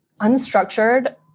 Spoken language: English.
unstructured